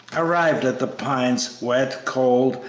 arrived at the pines wet, cold,